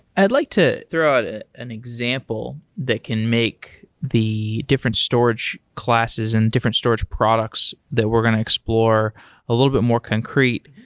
i'd like to throw out an example that can make the different storage classes and different storage products that we're going to explore a little bit more concrete.